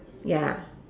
ya